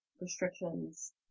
restrictions